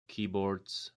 keyboards